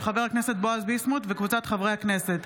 של חבר הכנסת בועז ביסמוט וקבוצת חברי הכנסת,